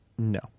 No